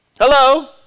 Hello